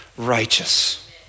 Righteous